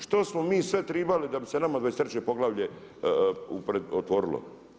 Što smo mi sve trebali, da bi nama 23 poglavlje otvorilo.